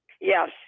yes